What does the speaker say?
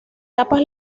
tapas